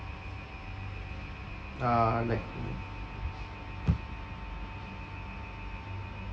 uh I'll let you